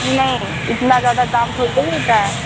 नहीं इतना ज़्यादा दाम थोड़ी होता है